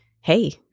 hey